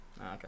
okay